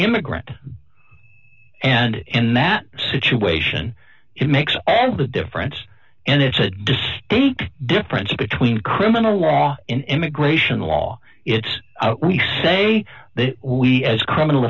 immigrant and in that situation it makes all the difference and it's a distinct difference between criminal law in immigration law it's we say that we as criminal